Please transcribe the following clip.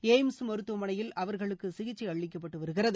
எப்ம்ஸ் மருத்துவமனையில் அவர்களுக்கு சிகிச்சை அளிக்கப்பட்டு வருகிறது